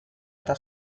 eta